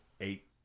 eight